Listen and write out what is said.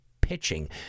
pitching